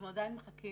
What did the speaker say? אנחנו עדיין מחכים